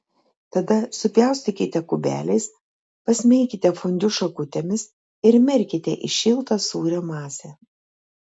tada supjaustykite kubeliais pasmeikite fondiu šakutėmis ir merkite į šiltą sūrio masę